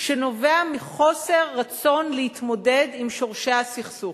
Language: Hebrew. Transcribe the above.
שנובע מחוסר רצון להתמודד עם שורשי הסכסוך,